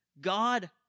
God